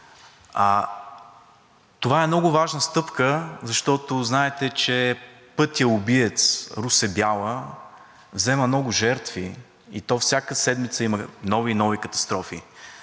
Това е много важна стъпка, защото знаете, че пътят убиец – Русе – Бяла взема много жертви и всяка седмица има нови и нови катастрофи.